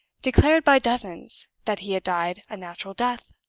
declared by dozens that he had died a natural death.